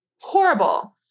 horrible